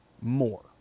More